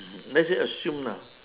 let's say assume lah